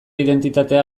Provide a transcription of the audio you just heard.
identitatea